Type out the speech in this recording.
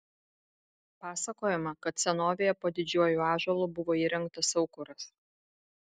pasakojama kad senovėje po didžiuoju ąžuolu buvo įrengtas aukuras